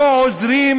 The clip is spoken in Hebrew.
לא עוזרים,